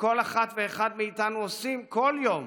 שכל אחת ואחד מאיתנו עושים כל יום